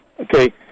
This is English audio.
Okay